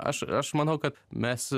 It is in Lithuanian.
aš aš manau kad mes